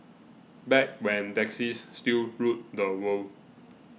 back when taxis still ruled the world